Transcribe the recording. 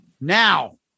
Now